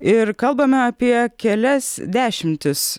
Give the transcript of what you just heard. ir kalbame apie kelias dešimtis